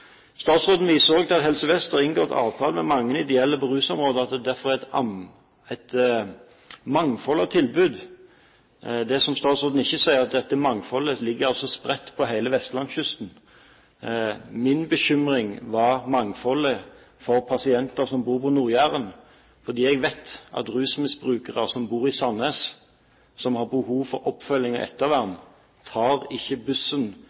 Statsråden viser også til at Helse Vest har inngått avtale med mange ideelle på rusområdet, og at det derfor er mangfold av tilbud. Det statsråden ikke sier, er at dette mangfoldet ligger spredt langs hele vestlandskysten. Min bekymring var mangfoldet for pasienter som bor på Nord-Jæren, for jeg vet at rusmisbrukere som bor i Sandnes, og som har behov for oppfølging og ettervern, ikke tar bussen